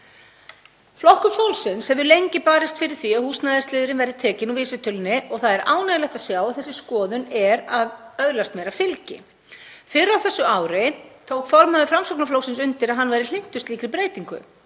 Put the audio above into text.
Flokkur fólksins hefur lengi barist fyrir því að húsnæðisliðurinn verði tekinn úr vísitölunni og það er ánægjulegt að sjá að þessi skoðun er að öðlast meira fylgi. Fyrr á þessu ári tók formaður Framsóknarflokksins undir að hann væri hlynntur slíkri breytingu